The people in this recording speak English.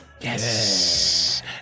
Yes